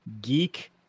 geek